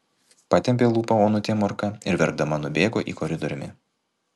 patempė lūpą onutė morka ir verkdama nubėgo į koridoriumi